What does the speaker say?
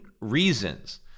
reasons